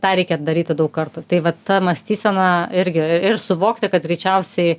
tą reikia daryti daug kartų tai vat ta mąstysena irgi ir suvokti kad greičiausiai